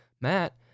Matt